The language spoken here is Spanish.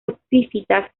epífitas